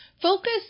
Focus